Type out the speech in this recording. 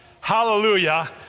Hallelujah